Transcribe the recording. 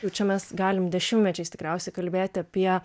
jau čia mes galim dešimtmečiais tikriausiai kalbėti apie